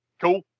Cool